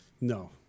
No